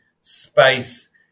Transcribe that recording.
space